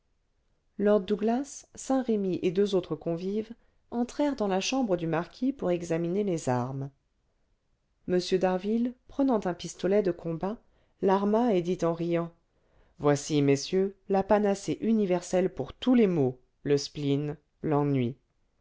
lord douglas saint-remy et deux autres convives entrèrent dans la chambre du marquis pour examiner les armes m d'harville prenant un pistolet de combat l'arma et dit en riant voici messieurs la panacée universelle pour tous les maux le spleen l'ennui